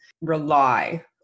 rely